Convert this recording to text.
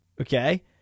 Okay